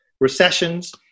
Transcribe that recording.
recessions